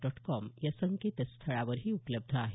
dot com या संकेतस्थळावरही उपलब्ध आहे